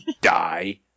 die